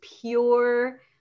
pure